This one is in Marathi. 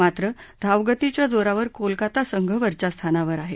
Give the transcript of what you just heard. मात्र धावगतीच्या जोरावर कोलकाता संघ वरच्या स्थानावर आहे